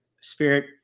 spirit